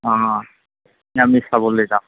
অঁ নিৰামিষ খাবলে যাম